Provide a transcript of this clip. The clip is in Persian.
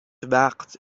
وقت